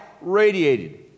radiated